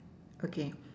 okay